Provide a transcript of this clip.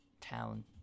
town